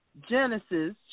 Genesis